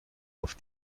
auf